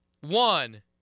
One